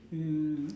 mm